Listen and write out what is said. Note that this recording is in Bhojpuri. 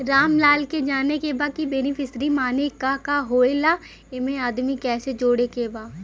रामलाल के जाने के बा की बेनिफिसरी के माने का का होए ला एमे आदमी कैसे जोड़े के बा?